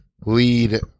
lead